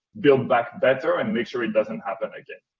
build back better and make sure it does not happen again.